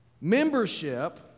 Membership